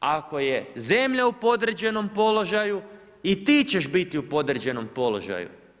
Ako je zemlja u podređenom položaju, i ti ćeš biti u podređenom položaju.